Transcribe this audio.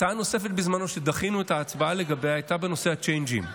הצעה נוספת שבזמנו דחינו את ההצבעה לגביה הייתה בנושא הצ'יינג'ים,